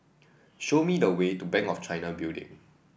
show me the way to Bank of China Building